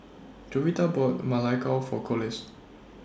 Jovita bought Ma Lai Gao For Collis